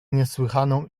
niesłychaną